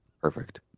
Perfect